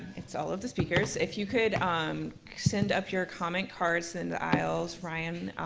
it's all of the speakers. if you could um um send up your comment cards in the aisles. bryan,